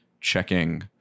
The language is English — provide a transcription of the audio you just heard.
checking